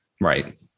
Right